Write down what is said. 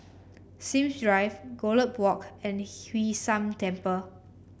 Sims Drive Gallop Walk and Hwee San Temple